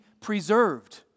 preserved